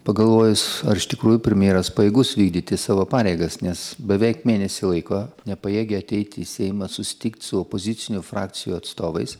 pagalvojus ar iš tikrųjų premjeras pajėgus vykdyti savo pareigas nes beveik mėnesį laiko nepajėgia ateiti į seimą susitikt su opozicinių frakcijų atstovais